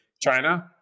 China